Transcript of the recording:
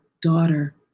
daughter